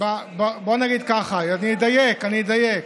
בוא נגיד ככה, אני אדייק, אני אדייק,